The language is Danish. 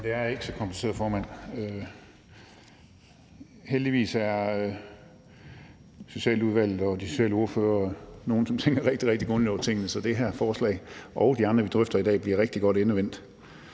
Det er ikke så kompliceret, formand. Heldigvis er Socialudvalget og socialordførere nogle, som tænker rigtig, rigtig grundigt over tingene, så det her forslag og de andre, vi drøfter i dag, bliver rigtig godt endevendt.